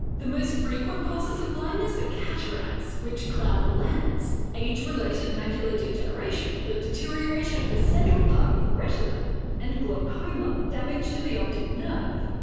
the most frequent causes of blindness are cataracts, which cloud the lens age related macular degeneration, the deterioration of the central part of the retina and glaucoma, damage to the optic nerve.